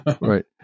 Right